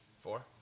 Four